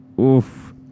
oof